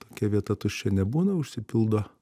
tokia vieta tuščia nebūna užsipildo